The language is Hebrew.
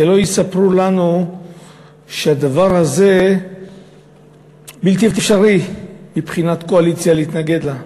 שלא יספרו לנו שהדבר הזה בלתי אפשרי מבחינת הקואליציה להתנגד לו.